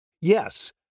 Yes